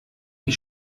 die